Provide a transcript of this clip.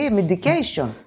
medication